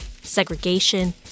segregation